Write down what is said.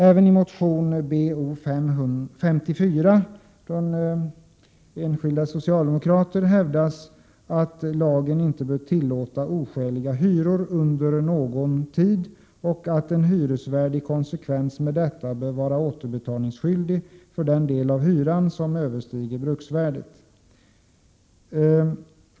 Även i motion BoS54 från enskilda socialdemokrater hävdas att lagen inte bör tillåta oskäliga hyror under någon tid och att en hyresvärd i konsekvens med detta bör vara återbetalningsskyldig för den del av hyran som överstiger bruksvärdet.